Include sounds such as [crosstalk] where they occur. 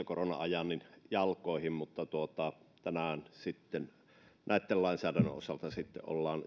[unintelligible] korona ajan koulutuspoliittisessa keskustelussa jalkoihin mutta tänään sitten näitten lainsäädäntöjen osalta ollaan